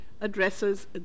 addresses